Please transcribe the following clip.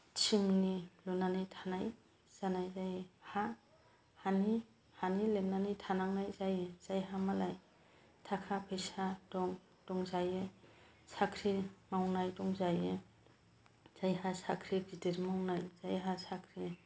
थिंनि लुनानै थानाय जानायलाय हा हानि लेरनानै थानांनाय जायो जायहा मालाय थाखा फैसा दंजायो साख्रि मावनाय दंजायो जायहा साख्रि गिदिर मावनाय जायहा साख्रि